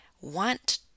want